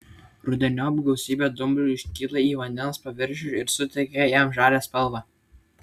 rudeniop gausybė dumblių iškyla į vandens paviršių ir suteikia jam žalią spalvą